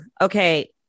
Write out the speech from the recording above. Okay